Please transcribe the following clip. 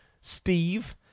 Steve